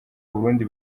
uburundi